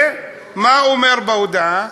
ומה הוא אומר בהודעה?